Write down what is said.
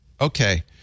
Okay